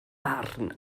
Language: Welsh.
barn